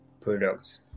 products